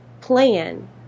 plan